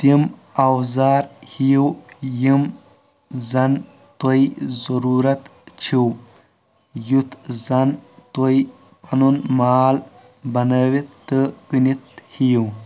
تِم اَوزار ہِیو یِم زَن تُہۍ ضروٗرت چِھو یُتھ زن تُہۍ پَنُن مال بَنٲوِتھ تہٕ کٕنِتھ ہِیو